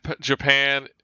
Japan